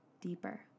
deeper